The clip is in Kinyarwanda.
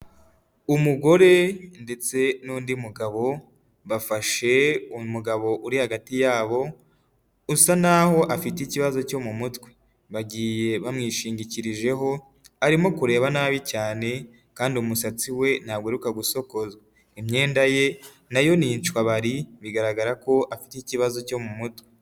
Umugore ndetse n'undi mugabo, bafashe umugabo uri hagati yabo, usa naho afite ikibazo cyo mu mutwe, bagiye bamwishingikirijeho arimo kureba nabi cyane kandi umusatsi we ntago uheruka gusokozwa, imyenda ye nayo ni inshwabari bigaragara ko afite ikibazo cyo mu mutwe.